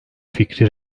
fikri